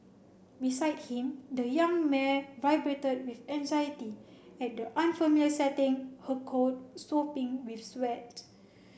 beside him the young mare vibrated with anxiety at the unfamiliar setting her coat sopping with sweat